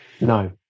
No